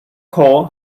call